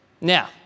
Now